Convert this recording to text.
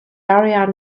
ariane